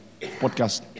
Podcast